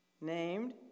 named